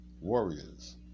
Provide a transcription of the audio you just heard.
Warriors